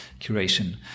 curation